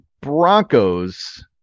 Broncos